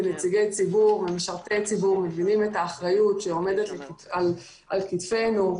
כנציגי ציבור ומשרתי ציבור מבינים אתה אחריות שעומדת על כתפנו.